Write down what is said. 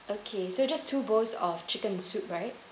okay so just two bowls of chicken soup right